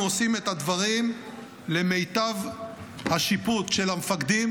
אנחנו עושים את הדברים למיטב השיפוט של המפקדים